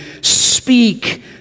Speak